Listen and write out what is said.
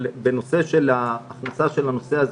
אבל בנושא ההכנסה של הנושא הזה,